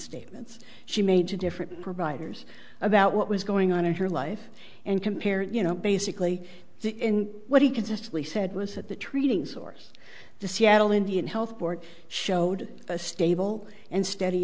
statements she made to different providers about what was going on in her life and compared you know basically what he consistently said was that the treating source the seattle indian health board showed a stable and steady